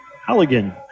Halligan